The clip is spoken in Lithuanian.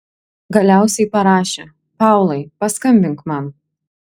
galiausiai parašė paulai paskambink man